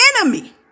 enemy